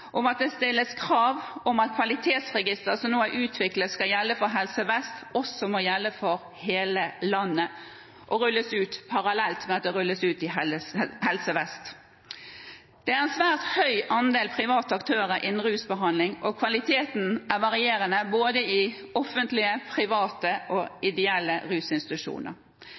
om at kvalitetsregisteret som nå er utviklet og skal gjelde for Helse Vest, må gjelde for hele landet og rulles ut parallelt med at det rulles ut i Helse Vest. Det er en svært stor andel private aktører innen rusbehandling, og kvaliteten er varierende både i offentlige, private og ideelle rusinstitusjoner.